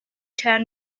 چند